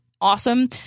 awesome